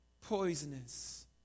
Poisonous